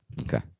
Okay